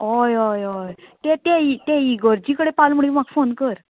होय होय होय ते ते ते इगर्जी कडेन पावलो म्हणटगी म्हाका फोन कर